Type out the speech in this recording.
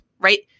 right